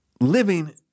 living